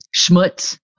schmutz